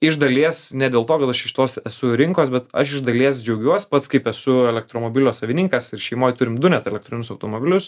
iš dalies ne dėl to kad aš iš tos esu rinkos bet aš iš dalies džiaugiuos pats kaip esu elektromobilio savininkas ir šeimoj turim du net elektrinius automobilius